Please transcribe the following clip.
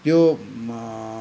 त्यो